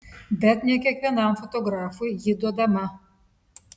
bet ne kiekvienam fotografui ji duodama